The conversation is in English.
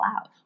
out